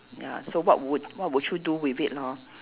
ya so what would what would you do with it lor